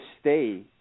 stay